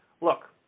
Look